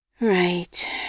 Right